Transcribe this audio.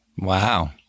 Wow